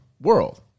world